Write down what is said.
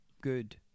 good